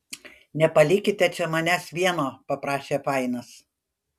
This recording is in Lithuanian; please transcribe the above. nepalikite čia manęs vieno paprašė fainas